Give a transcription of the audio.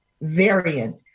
variant